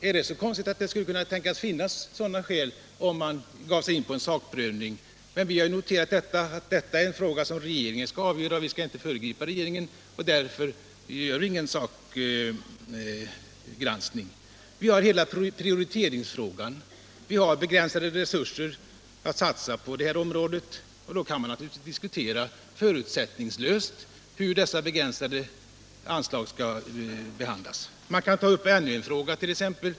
Är det så konstigt att det skulle kunna tänkas finnas sådana skäl, om man gav sig in på en sakprövning? Men vi har ju noterat att detta är en fråga som regeringen skall avgöra, och vi skall inte föregripa regeringen. Därför gör vi ingen sakgranskning. Men visst finns det saker att diskutera. Vi har hela prioriteringsfrågan. Vi har begränsade resurser att satsa på detta område, och därför kan man naturligtvis förutsättningslöst diskutera hur dessa begränsade anslag skall fördelas. Man kan ta upp ännu en fråga.